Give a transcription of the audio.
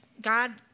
God